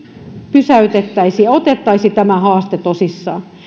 pysäytettäisiin ja otettaisiin tämä haaste tosissaan